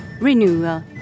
renewal